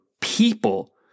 people